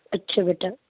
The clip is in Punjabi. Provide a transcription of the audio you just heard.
ਅੱਛਾ ਬੇਟਾ